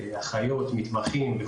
מתמחים,